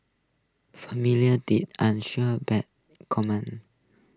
familiarity unsure paid commom